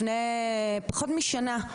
לפני פחות משנה,